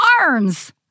arms